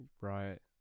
Right